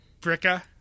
Bricka